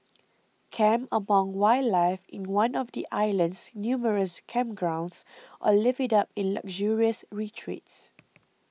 camp amongst wildlife in one of the island's numerous campgrounds or live it up in luxurious retreats